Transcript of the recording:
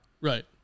Right